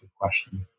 questions